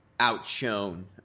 outshone